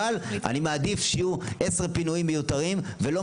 אבל אני מעדיף שיהיו עשרה פינויים מיותרים ולא